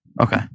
Okay